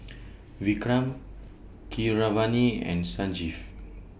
Vikram Keeravani and Sanjeev